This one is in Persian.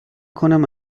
کنم